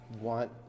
want